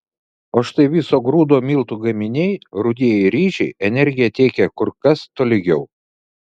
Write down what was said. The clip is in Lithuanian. o štai viso grūdo miltų gaminiai rudieji ryžiai energiją tiekia kur kas tolygiau